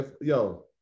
yo